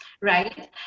right